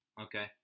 Okay